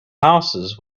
houses